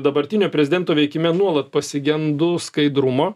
dabartinio prezidento veikime nuolat pasigendu skaidrumo